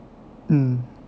mm